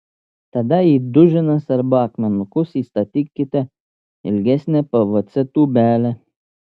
tada į duženas arba akmenukus įstatykite ilgesnę pvc tūbelę